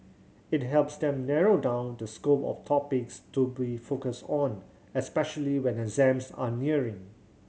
it helps them narrow down the scope of topics to be focus on especially when exams are nearing